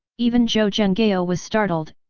even zhou zhenghao ah was startled,